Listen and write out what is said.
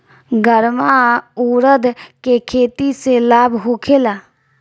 गर्मा उरद के खेती से लाभ होखे ला?